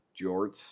jorts